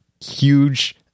huge